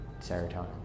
serotonin